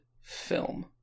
film